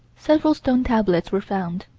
several stone tablets were found.